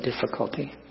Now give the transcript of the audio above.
difficulty